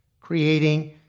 creating